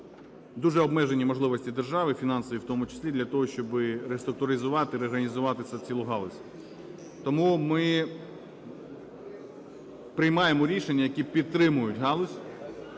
дуже обмежені можливості держави, фінансові в тому числі для того, щоби реструктуризувати, реорганізувати цілу галузь. Тому ми приймаємо рішення, які підтримують галузь